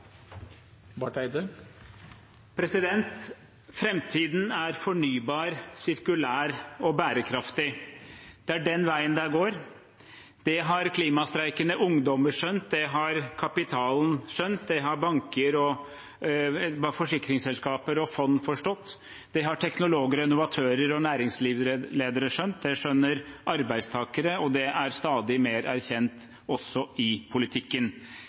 den veien det går. Det har klimastreikende ungdommer skjønt. Det har kapitalen skjønt. Det har banker, forsikringsselskaper og fond forstått. Det har teknologer, innovatører og næringslivsledere skjønt. Det skjønner arbeidstakere, og det er stadig mer erkjent også i politikken.